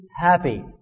happy